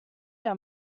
der